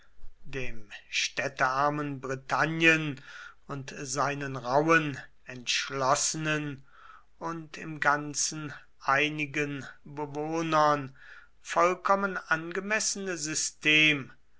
dem städtearmen britannien und seinen rauhen entschlossenen und im ganzen einigen bewohnern vollkommen angemessene system